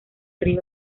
río